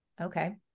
Okay